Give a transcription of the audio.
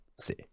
see